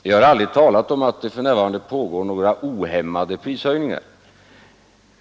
Jag har aldrig påstått att det för närvarande pågår några ohämmade prishöjningar.